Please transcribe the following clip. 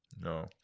No